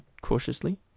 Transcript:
cautiously